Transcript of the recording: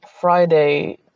Friday